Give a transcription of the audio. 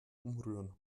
umrühren